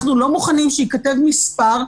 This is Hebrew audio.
אנחנו לא מוכנים שייכתב מספר,